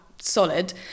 solid